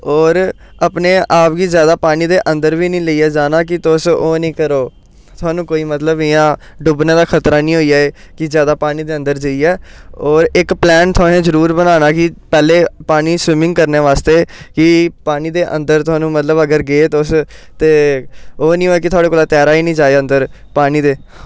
होर अपने आप गी जादा पानी दे अंदर बी निं लेइयै जाना कि तुस ओह् निं करो थाह्नूं कोई मतलब इ'यां डुबने दा खतरा निं होई जाए कि जादा पानी दे अन्दर जेइयै होर इक प्लेन तुसें जरूरी बनाना कि पैह्लें पानी च स्विमिंग करने बास्तै की पानी दे अंदर थाह्नूं मतलब अगर गे तुस ते ओह् निं होऐ की थुआढ़े कोला तैरा निं जाए अंदर पानी दे